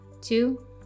two